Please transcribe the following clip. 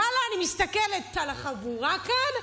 ואללה, אני מסתכלת על החבורה כאן,